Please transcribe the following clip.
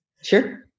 Sure